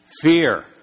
Fear